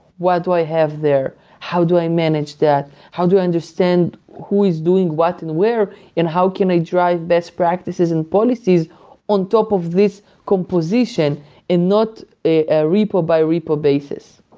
what do i have there? how do i manage that? how do i understand who is doing what and where and how can i drive these practices and policies on top of this composition and not a ah repo by repo basis?